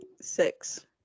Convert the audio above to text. Six